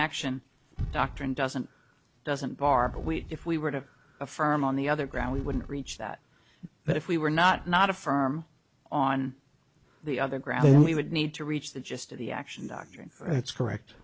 action doctrine doesn't doesn't bar but we if we were to affirm on the other ground we wouldn't reach that but if we were not not a firm on the other ground we would need to reach the gist of the action doctor that's correct